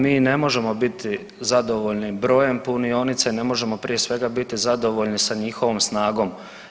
Mi ne možemo biti zadovoljni brojem punionica i ne možemo prije svega, biti zadovoljni sa njihovom snagom.